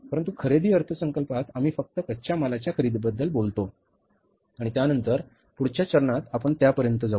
परंतु खरेदी अर्थसंकल्पात आम्ही फक्त कच्च्या मालाच्या खरेदीबद्दल बोलतो आणि त्यानंतर पुढच्या चरणात आपण त्यापर्यंत जाऊ